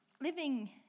living